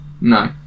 No